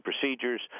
procedures